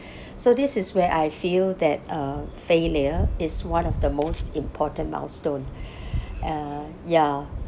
so this is where I feel that uh failure is one of the most important milestone uh ya